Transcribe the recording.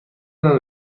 نان